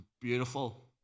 beautiful